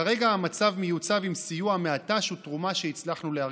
כרגע המצב מיוצב עם סיוע מהת"ש ותרומה שהצלחנו לארגן.